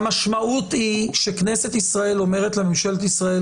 המשמעות היא שכנסת ישראל אומרת לממשלת ישראל,